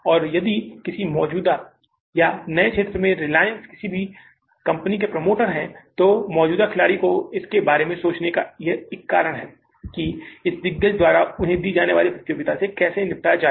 और यदि किसी मौजूदा या नए क्षेत्र में रिलायंस किसी भी कंपनी के प्रमोटर हैं तो मौजूदा खिलाड़ी को इस बारे में सोचने का एक कारण है कि इस दिग्गज द्वारा उन्हें दी गई प्रतियोगिता से कैसे निपटा जाए